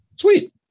Sweet